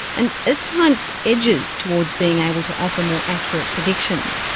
and as science edges towards being able to offer more accurate predictions,